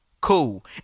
Cool